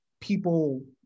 people